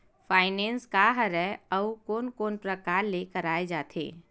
Finance का हरय आऊ कोन कोन प्रकार ले कराये जाथे?